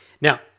Now